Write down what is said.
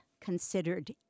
considered